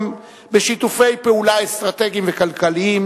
בשיתופי פעולה אסטרטגיים וכלכליים,